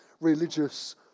religious